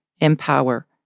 Empower